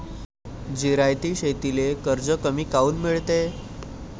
जिरायती शेतीले कर्ज कमी काऊन मिळते?